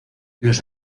los